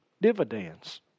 dividends